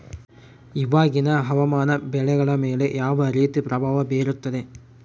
ಇವಾಗಿನ ಹವಾಮಾನ ಬೆಳೆಗಳ ಮೇಲೆ ಯಾವ ರೇತಿ ಪ್ರಭಾವ ಬೇರುತ್ತದೆ?